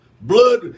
Blood